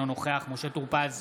אינו נוכח משה טור פז,